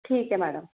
ठीक है मैडम